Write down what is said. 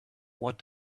what